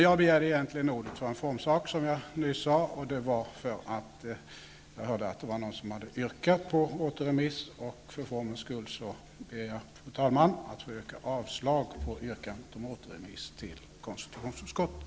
Jag begärde egentligen, som jag nyss sade, ordet för en formsak. Jag hörde att någon hade yrkat på återremiss, och för formens skull ber jag därför, fru talman, att få yrka avslag på yrkandet om återremiss till konstitutionsutskottet.